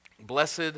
Blessed